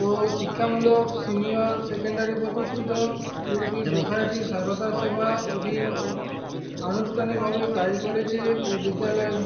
ও শিক্ষামূলক senior secondary প্রতিষ্ঠিত স্কুলটি সোসাইটি সারদা সেবা অধীন আনুষ্ঠানিকভাবে কাজ করেছে ও বিদ্যালয়ে